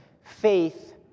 faith